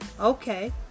Okay